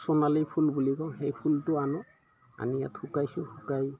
সোণালী ফুল বুলি কওঁ সেই ফুলটো আনোঁ আনি ইয়াত শুকাইছোঁ শুকাই